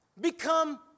become